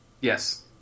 Yes